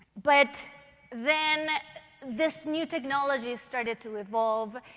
but then this new technology started to evolve.